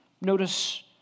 Notice